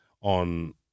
on